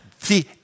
See